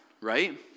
right